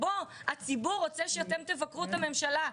הציבור רוצה שאתם תבקרו את הממשלה,